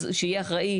אז שיהיה אחראי,